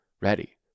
ready